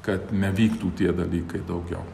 kad nevyktų tie dalykai daugiau